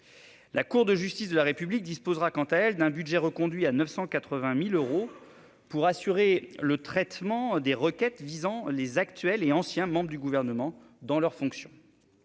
La Cour de justice de la République disposera quant à elle d'un budget reconduit à 980 000 euros pour assurer le traitement des requêtes visant les actes accomplis dans l'exercice de leurs fonctions